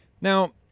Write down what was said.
Now